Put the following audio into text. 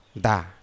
da